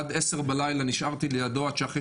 עד 22:00 בלילה נשארתי לידו עד שאחרי